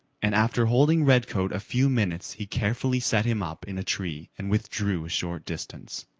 and after holding redcoat a few minutes he carefully set him up in a tree and withdrew a short distance.